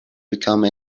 become